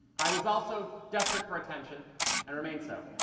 i was also desperate for attention and remain so.